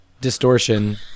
distortion